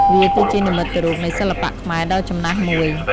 វាគឺជានិមិត្តរូបនៃសិល្បៈខ្មែរដ៏ចំណាស់មួយ។